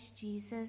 Jesus